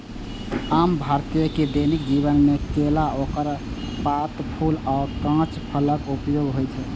आम भारतीय के दैनिक जीवन मे केला, ओकर पात, फूल आ कांच फलक उपयोग होइ छै